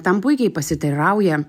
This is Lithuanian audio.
tam puikiai pasiteirauja